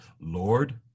Lord